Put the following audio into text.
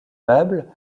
meubles